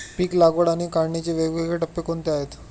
पीक लागवड आणि काढणीचे वेगवेगळे टप्पे कोणते आहेत?